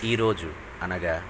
ఈరోజు అనగా